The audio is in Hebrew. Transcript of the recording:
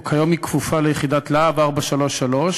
וכיום היא כפופה ליחידת "להב 433",